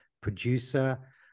producer